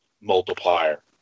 multiplier